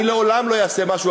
אני לעולם לא אעשה משהו,